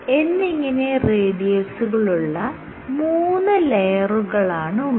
എന്നിങ്ങനെ റേഡിയസുകളുള്ള മൂന്ന് ലെയറുകളാണ് ഉള്ളത്